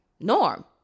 norm